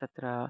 तत्र